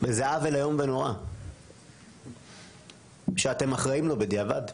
וזה עוול איום ונורא שאתם אחראים לו בדיעבד.